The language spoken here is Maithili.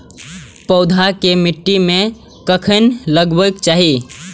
पौधा के मिट्टी में कखेन लगबाके चाहि?